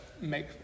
make